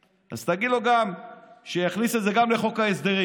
שלו, תגיד לו שיכניס גם את זה לחוק ההסדרים,